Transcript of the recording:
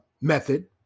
method